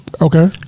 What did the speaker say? Okay